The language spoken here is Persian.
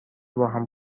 باهم